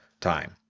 time